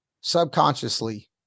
subconsciously